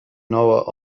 noah